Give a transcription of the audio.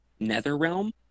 Netherrealm